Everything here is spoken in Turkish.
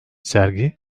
sergi